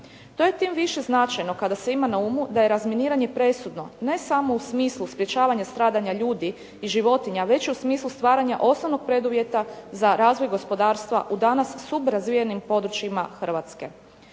To je tim više značajno kada se ima na umu da je razminiranje presudno ne samo u smislu sprječavanja stradanja ljudi i životinja, već u smislu stvaranja osnovnog preduvjeta za razvoj gospodarstva u danas subrazvijenim područjima Hrvatske.